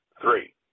three